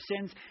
sins